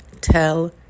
tell